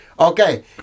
Okay